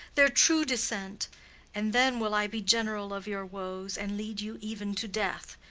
their true descent and then will i be general of your woes and lead you even to death.